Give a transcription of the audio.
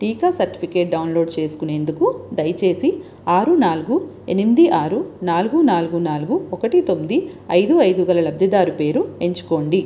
టీకా certificate download చేసుకునేందుకు దయచేసి ఆరు నాలుగు ఎనిమిది ఆరు నాలుగు నాలుగు నాలుగు ఒకటి తొమ్మిది ఐదు ఐదు గల లబ్ధిదారు పేరు ఎంచుకోండి